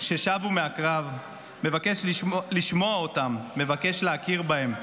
ששבו מהקרב, מבקש לשמוע אותם, מבקש להכיר בהם.